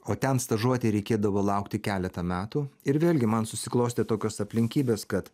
o ten stažuotei reikėdavo laukti keletą metų ir vėlgi man susiklostė tokios aplinkybės kad